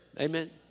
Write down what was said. Amen